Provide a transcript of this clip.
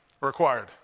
required